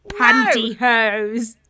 Pantyhose